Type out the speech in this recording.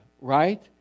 right